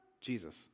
Jesus